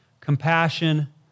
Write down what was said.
compassion